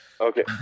Okay